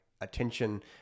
attention